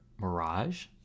mirage